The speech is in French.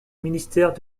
ministère